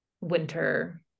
winter